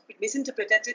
misinterpreted